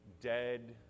dead